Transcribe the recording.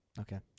Okay